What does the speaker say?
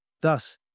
Thus